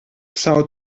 são